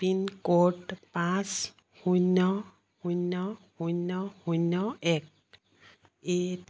pincode পাঁচ শূন্য শূন্য শূন্য শূন্য এক এই